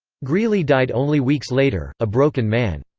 greeley died only weeks later, a broken man.